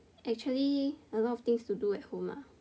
actually a lot of things to do at home ah